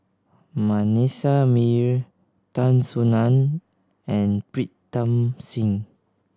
Manasseh Meyer Tan Soo Nan and Pritam Singh